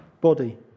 body